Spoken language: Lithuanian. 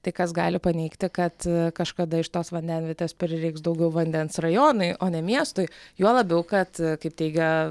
tai kas gali paneigti kad kažkada iš tos vandenvietės prireiks daugiau vandens rajonui o ne miestui juo labiau kad kaip teigia